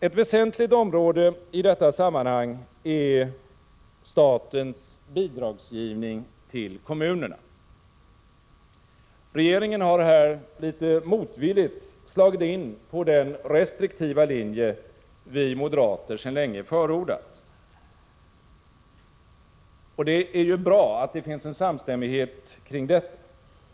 Ett väsentligt område i detta sammanhang är statens bidragsgivning till kommunerna. Regeringen har här litet motvilligt slagit in på den restriktiva linje vi moderater sedan länge förordat. Det är bra att det finns en samstämmighet kring detta.